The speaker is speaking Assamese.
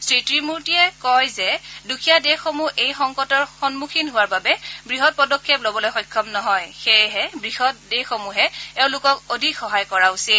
শ্ৰীত্ৰিমূৰ্তিয়ে কয় যে দুখীয়া দেশসমূহ এই সংকটৰ সন্মুখীন হোৱাৰ বাবে বৃহৎ পদক্ষেপ ল'বলৈ সক্ষম নহয় সেয়েহে বৃহৎ দেশসমূহে এওঁলোকক অধিক সহায় কৰা উচিত